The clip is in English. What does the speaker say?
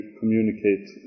communicate